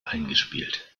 eingespielt